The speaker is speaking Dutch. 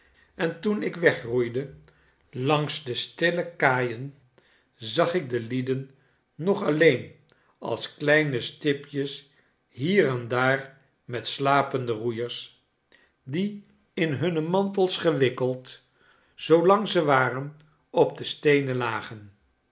en toen ik wegroeide langs de stille kaaien zag ik de lieden nog alleen als kleine stipjes hier en daar met slapende roeiers die in hunne door verona mantua en milaan naar zwitserland mantels gewikkeld zoo lang ze waren op de steenen lagen